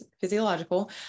physiological